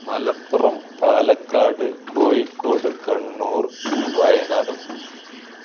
Malappuram Palakkad Kozhikode Kannur Wayanad